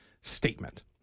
statement